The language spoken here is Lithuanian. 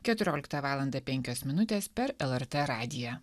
keturioliktą valandą penkios minutės per lrt radiją